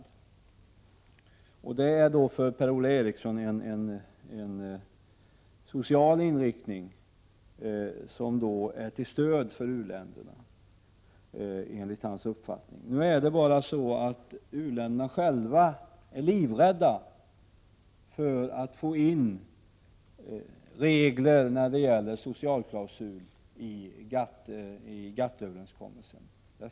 Per-Ola Eriksson är av den uppfattningen att det är den sociala inriktningen som är till stöd för u-länderna. U-länderna själva är livrädda för att få in regler när det gäller socialklausulen i GATT-överenskommelsen.